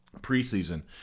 preseason